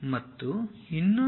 ಮತ್ತು ಇನ್ನೊಂದು BC